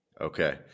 Okay